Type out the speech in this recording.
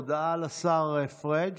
הודעה לשר פריג'.